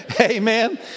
Amen